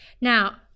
Now